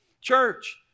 Church